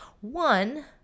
One